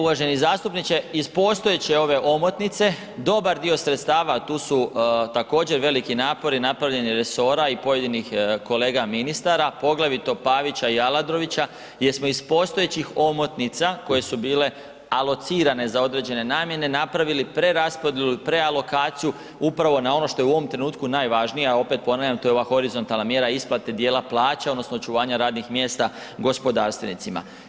Uvaženi zastupniče, iz postojeće ove omotnice dobar dio sredstva, a tu su također veliki napori napravljeni resora i pojedinih kolega ministara, poglavito Pavića i Aladrovića gdje smo iz postojećih omotnica koje su bile alocirane za određene namjene napravili preraspodjelu i prealokaciju upravo na ovo što je u ovom trenutku najvažnije, a opet ponavljam to je ova horizontalna mjera isplate dijela plaća odnosno očuvanja radnih mjesta gospodarstvenicima.